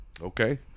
Okay